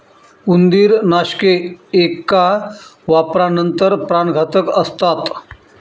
उंदीरनाशके एका वापरानंतर प्राणघातक असतात